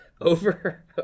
over